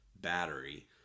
battery